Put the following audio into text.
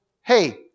hey